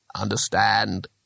Understand